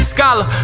Scholar